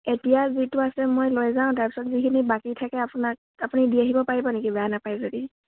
এতিয়া যিটো আছে মই লৈ যাওঁ তাৰ পিছত যিখিনি বাকী থাকে আপোনাক আপুনি দি আহিব পাৰিব নেকি বেয়া নাপায় যদি